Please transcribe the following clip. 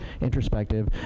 introspective